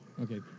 Okay